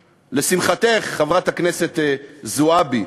לשמחתך, חברת הכנסת זועבי.